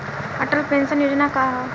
Atal pension Yojana का ह?